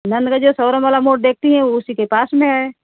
नंदगंज वाला मोड़ देखती हैं उसीके पास में है